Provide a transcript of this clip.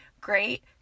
great